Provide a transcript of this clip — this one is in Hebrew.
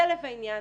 זה לב העניין.